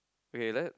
okay let